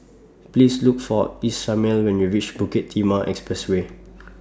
Please Look For Ishmael when YOU REACH Bukit Timah Expressway